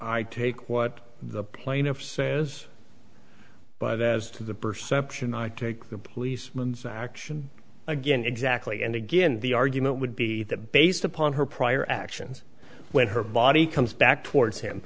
i take what the plaintiff says but as to the perception i take the policeman's action again exactly and again the argument would be that based upon her prior actions when her body comes back towards him